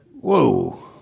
whoa